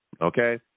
Okay